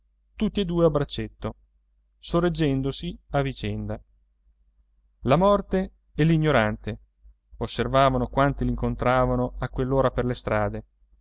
tutti e due a braccetto sorreggendosi a vicenda la morte e l'ignorante osservavano quanti li incontravano a quell'ora per le strade